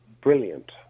brilliant